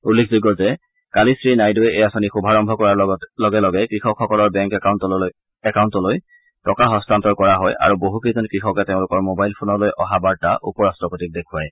উল্লেখযোগ্য যে কালি শ্ৰী নাইডুৰে এই আঁচনিৰ শুভাৰম্ভ কৰাৰ লগে লগে কৃষকসকলৰ বেংক একাউণ্টলৈ টকা হস্তান্তৰ কৰা হয় আৰু বহুকেইজন কৃষকে তেওঁলোকৰ ম'বাইল ফোনলৈ অহা বাৰ্তা উপ ৰাট্টপতিক দেখুৱায়